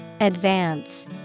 Advance